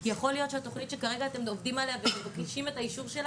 כי יכול להיות שהתוכנית שכרגע אתם עובדים עליה ומבקשים את האישור שלה,